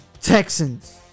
Texans